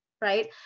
right